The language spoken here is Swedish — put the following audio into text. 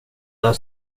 där